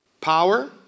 Power